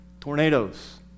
tornadoes